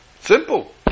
simple